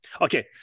Okay